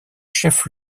chef